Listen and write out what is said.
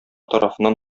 тарафыннан